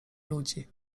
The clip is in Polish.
ludzi